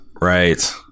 Right